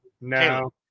no